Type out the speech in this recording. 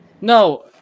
No